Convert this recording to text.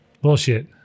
Bullshit